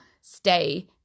stay